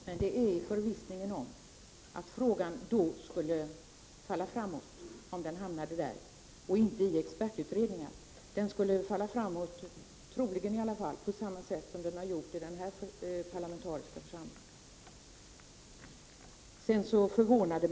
Herr talman! Vi begär en parlamentarisk utredning i vår reservation, men det är i förvissning om att frågan skulle falla framåt om den hamnade i en parlamentarisk utredning och inte i expertutredningar. Den skulle troligen falla framåt, på samma sätt som den har gjort i denna parlamentariska församling.